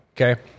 Okay